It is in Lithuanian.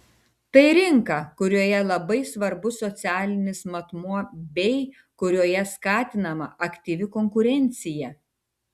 tai rinka kurioje labai svarbus socialinis matmuo bei kurioje skatinama aktyvi konkurencija